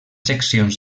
seccions